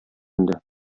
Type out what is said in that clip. инде